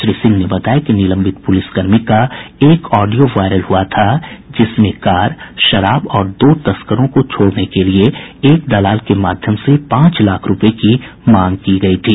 श्री सिंह ने बताया कि निलंबित प्रलिसकर्मी का एक ऑडियो वायरल हुआ था जिसमें कार शराब और दो तस्करों को छोड़ने के लिए एक दलाल के माध्यम से पांच लाख रूपये की मांग की गयी थी